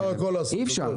אפשר הכול לעשות.